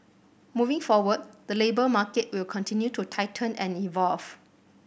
moving forward the labour market will continue to tighten and evolve